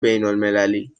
بینالمللی